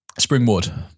Springwood